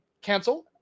cancel